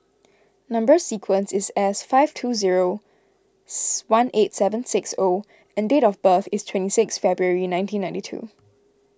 Number Sequence is S five two zero one eight seven six O and date of birth is twenty six February nineteen ninety two